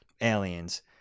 aliens